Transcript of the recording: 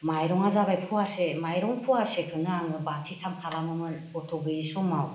माइरङा जाबाय फवासे माइरं फवासेखौनो आङो बाथिथाम खालामोमोन गथ' गैयै समाव